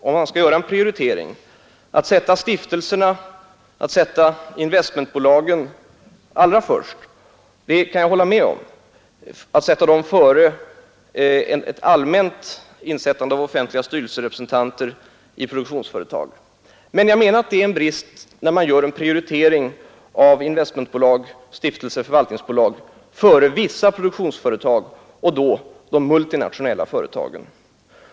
Om man skall göra en sådan prioritering, är det naturligtvis riktigt att i första hand gå in för stiftelserna och investmentbolagen, före ett allmänt insättande av offentliga styrelserepresentanter i produktionsföretag. Men Nr 142 det är en brist när man prioriterar investmentbolag, stiftelser och Torsdagen den förvaltningsbolag före vissa produktionsbolag, nämligen de multinatio 14 december 1972 nella företagen.